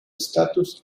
status